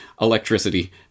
electricity